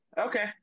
Okay